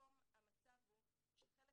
כיום המצב הוא שחלק